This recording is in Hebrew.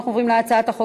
הצעת חוק